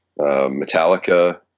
Metallica